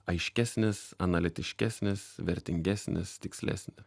aiškesnis analitiškesnis vertingesnis tikslesni